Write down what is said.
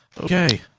Okay